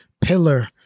pillar